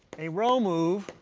a row move